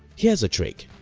here's a trick,